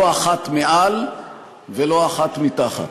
לא אחת מעל ולא אחת מתחת.